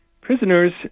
prisoners